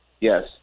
Yes